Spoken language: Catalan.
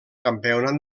campionat